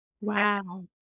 Wow